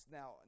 Now